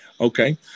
okay